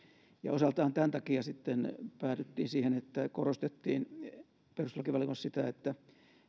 osaltaan tämän takia sitten päädyttiin siihen että korostettiin perustuslakivaliokunnassa sitä että